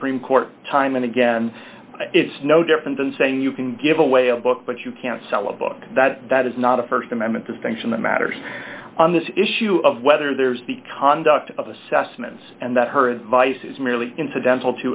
supreme court time and again it's no different than saying you can give away a book but you can't sell a book that that is not a st amendment distinction that matters on this issue of whether there's the conduct of assessments and that her advice is merely incidental